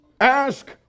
ask